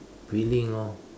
cleaning orh